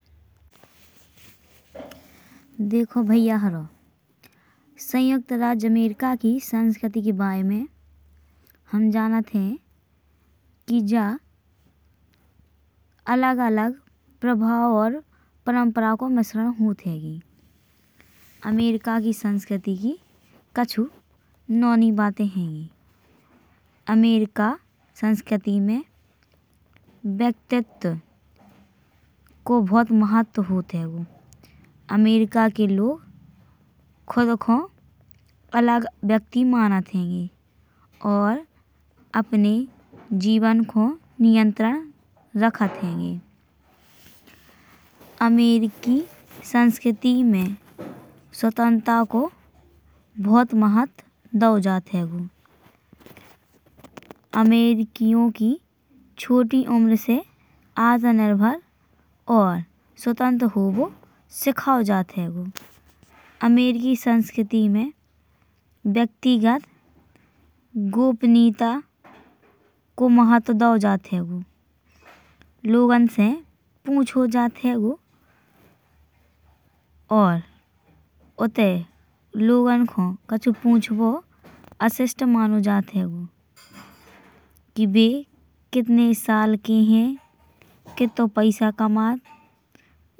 देखो भाईयों संपूर्ण राज्य अमेरिका की संस्कृति के बारे में हम जानत हैं। कि जा अलग अलग प्रभाव और परंपरा को मिश्रण होत हैं। अमेरिका की संस्कृति की कुछ नई बातें हैं। अमेरिका संस्कृति में व्यक्तित्व को बहुत महत्व होत है। अमेरिका के लोग खुद को अलग व्यक्ति मानत हैं। और अपने जीवन को नियंत्रण रखत हैं। अमेरिकी संस्कृति में स्वतंत्रता को बहुत महत्व देओ जात है। अमेरिकियों की छोटी उमर से आत्मनिर्भर और स्वतंत्र होहो सिखाओ जात है। अमेरिकी संस्कृति में व्यक्तिगत गोपनीयता को महत्व दउ जात है। लोगों से पूछो जात है और उनते लोगों को कछु पूछबो अशिष्ट मानो जात है। कि बे कितने साल के हैं, कितना पैसा कमात।